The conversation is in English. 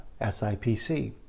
SIPC